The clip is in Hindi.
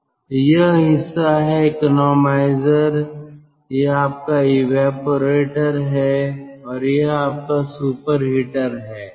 तो यह हिस्सा है इकोनॉइज़र यह आपका इवेपोरेटर है और यह आपका सुपरहिटर है